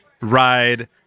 ride